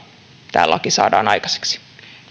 tämä laki saadaan aikaiseksi